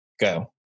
go